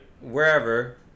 wherever